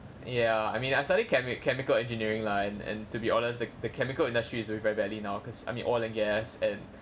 ya I mean I studied chemi~ chemical engineering lah and and to be honest the the chemical industry is doing very badly now cause I mean oil and gas and